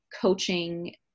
coaching